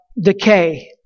decay